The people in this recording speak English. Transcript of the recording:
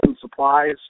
supplies